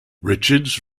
richards